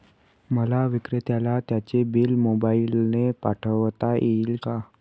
मला विक्रेत्याला त्याचे बिल मोबाईलने पाठवता येईल का?